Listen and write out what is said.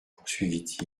poursuivit